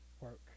work